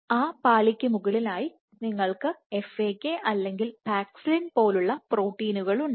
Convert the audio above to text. ആ പാളിക്ക് മുകളിലായി നിങ്ങൾക്ക് FAK അല്ലെങ്കിൽ പാക്സിലിൻ പോലുള്ള പ്രോട്ടീനുകൾ ഉണ്ട്